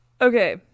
Okay